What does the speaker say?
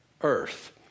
earth